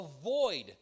avoid